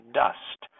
dust